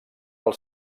del